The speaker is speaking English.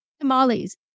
Tamales